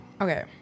okay